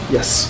Yes